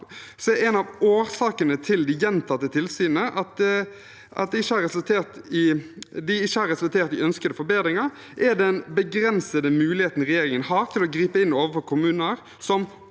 En av årsakene til at de gjentatte tilsynene ikke har resultert i ønskede forbedringer, er den begrensede muligheten regjeringen har til å gripe inn overfor kommuner som